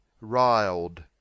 riled